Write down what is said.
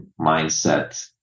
mindset